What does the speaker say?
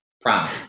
Promise